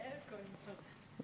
יעל כהן-פארן.